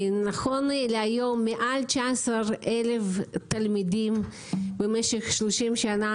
נכון להיום מעל 19,000 תלמידים במשך שלושים שנה